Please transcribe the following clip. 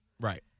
Right